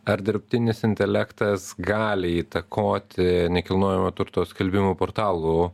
ar dirbtinis intelektas gali įtakoti nekilnojamo turto skelbimų portalų